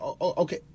okay